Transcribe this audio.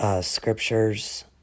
scriptures